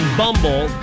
bumble